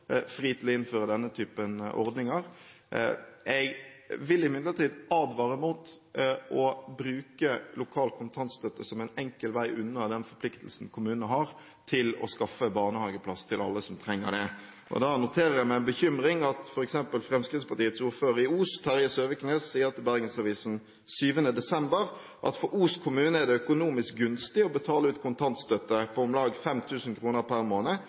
til å innføre denne typen ordninger. Jeg vil imidlertid advare mot å bruke lokal kontantstøtte som en enkel vei unna den forpliktelsen kommunene har til å skaffe barnehageplass til alle som trenger det. Jeg noterer meg med bekymring at f.eks. Fremskrittspartiets ordfører i Os, Terje Søviknes, sier til Bergensavisen 7. desember at «for Os kommune er det økonomisk gunstig å betale ut kontantstøtte på om lag 5000 kroner per måned